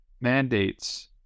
mandates